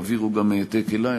יעבירו גם העתק אלי,